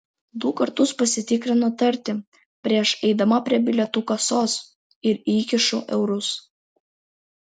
du kartus pasitikrinu tartį prieš eidama prie bilietų kasos ir įkišu eurus